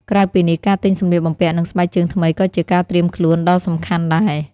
ក្រៅពីនេះ ការ ទិញសម្លៀកបំពាក់និងស្បែកជើងថ្មី ក៏ជាការត្រៀមខ្លួនដ៏សំខាន់ដែរ។